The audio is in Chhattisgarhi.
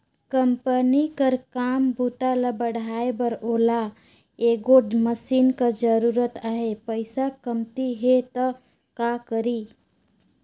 कंपनी कर काम बूता ल बढ़ाए बर ओला एगोट मसीन कर जरूरत अहे, पइसा कमती हे त का करी?